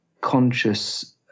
conscious